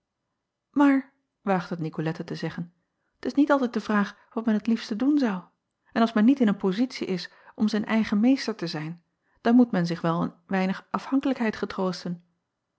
aar waagde het icolette te zeggen t is niet altijd de vraag wat men t liefste doen zou en als men niet in een pozitie is om zijn eigen meester te zijn dan moet men zich wel een weinig afhankelijkheid getroosten